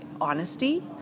honesty